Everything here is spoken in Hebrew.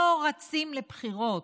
לא רצים לבחירות.